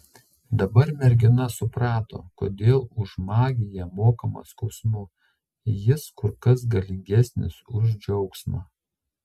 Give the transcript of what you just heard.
dabar mergina suprato kodėl už magiją mokama skausmu jis kur kas galingesnis už džiaugsmą